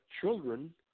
children